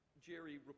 Jerry